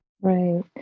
Right